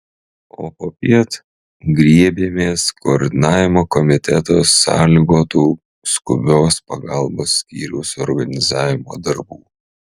o popiet griebėmės koordinavimo komiteto sąlygotų skubios pagalbos skyriaus organizavimo darbų